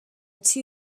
two